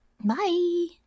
Bye